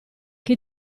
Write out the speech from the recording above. che